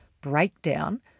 breakdown